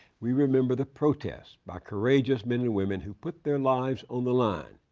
we remember the protests by courageous men and women who put their lives on the line,